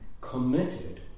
committed